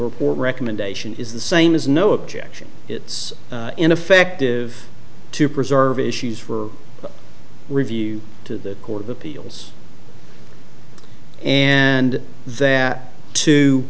report recommendation is the same as no objection it's ineffective to preserve issues for review to the court of appeals and that to